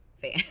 fan